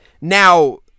Now